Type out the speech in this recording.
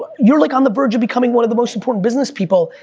but you're like on the verge of becoming one of the most important business people,